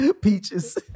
Peaches